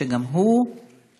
שגם הוא איננו.